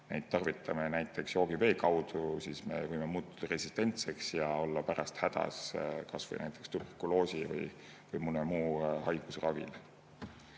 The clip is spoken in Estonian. neid tarvitame näiteks joogivee kaudu, me võime muutuda resistentseks ja olla pärast hädas kas või näiteks tuberkuloosi või mõne muu haiguse